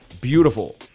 Beautiful